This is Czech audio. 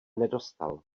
nedostal